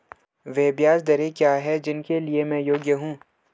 वे ब्याज दरें क्या हैं जिनके लिए मैं योग्य हूँ?